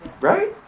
Right